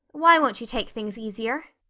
why won't you take things easier?